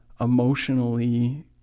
emotionally